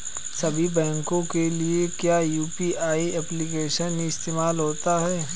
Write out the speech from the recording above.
सभी बैंकों के लिए क्या यू.पी.आई एप्लिकेशन ही इस्तेमाल होती है?